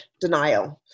denial